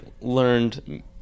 learned